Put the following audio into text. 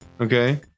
Okay